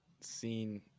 seen